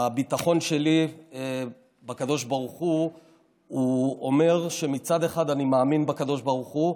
הביטחון שלי בקדוש ברוך הוא אומר שמצד אחד אני מאמין בקדוש ברוך הוא,